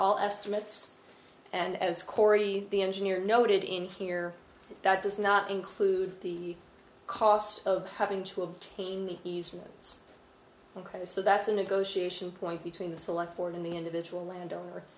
all estimates and as cory the engineer noted in here that does not include the cost of having to obtain the easements cars so that's a negotiation point between the select board and the individual landowner